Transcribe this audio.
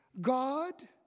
God